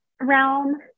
realm